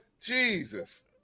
Jesus